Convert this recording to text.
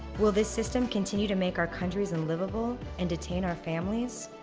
will this system continue to make our countries unlivable, and detain our families?